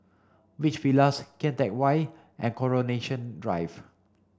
Beach Villas Kian Teck Way and Coronation Drive